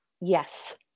Yes